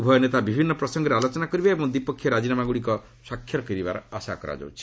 ଉଭୟ ନେତା ବିଭିନ୍ନ ପ୍ରସଙ୍ଗରେ ଆଲୋଚନା କରିବେ ଏବଂ ଦ୍ୱିପକ୍ଷୀୟ ରାଜିନାମାଗୁଡିକରେ ସାକ୍ଷର କରିବାର ଆଶା କରାଯାଉଛି